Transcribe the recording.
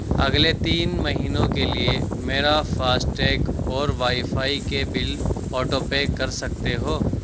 اگلے تین مہینوں کے لیے میرا فاسٹیگ اور وائی فائی کے بل آٹو پے کر سکتے ہو